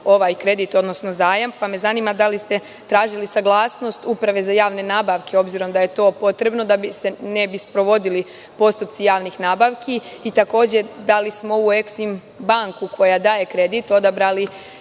ovaj kredit, odnosno zajam. Mene zanima da li ste tražili saglasnost Uprave za javne nabavke, obzirom da je to potrebno da se ne bi sprovodili postupci javnih nabavki. Takođe, da li smo u „Eksim“ banku koja daje kredit odabrali